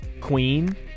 Queen